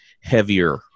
heavier